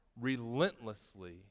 relentlessly